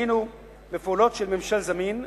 היינו בפעולות של ממשל זמין,